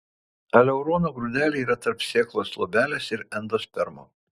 aleurono grūdeliai yra tarp sėklos luobelės ir endospermo